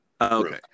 Okay